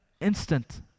Instant